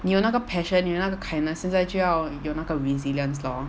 你有那个 passion 你有那个 kindness 现在就要有那个 resilience lor